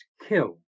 kill